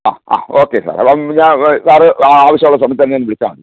ആ ആ ഓക്കെ സാറെ അപ്പം ഞാൻ സാറ് ആവശ്യമുള്ള സമയത്ത് എന്നെയൊന്ന് വിളിച്ചാൽ മതി